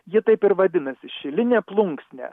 ji taip ir vadinasi šilinė plunksnė